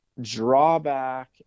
Drawback